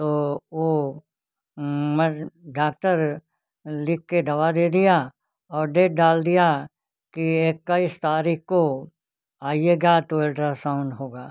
तो वह मज डाक्टर लिखकर दवा दे दिया और डेट डाल दिया कि इक्कीस तारीख़ को आइएगा तो अल्ट्रासाउन होगा